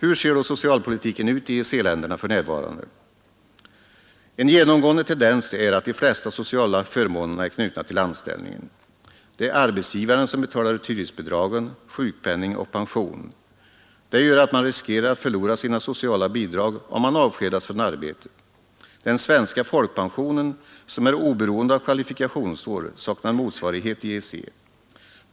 Hur ser då socialpolitiken ut i E länderna för närvarande? En genomgående tendens är att de flesta sociala förmånerna är knutna till anställningen. Det är arbetsgivaren som betalar ut hyresbidragen, sjukpenning och pension. Det gör att man riskerar att förlora sina sociala bidrag om man avskedas från arbetet. Den svenska folkpensionen, som är oberoende av kvalifikationsår, saknar motsvarighet i EEC.